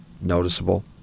noticeable